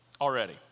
already